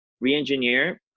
re-engineer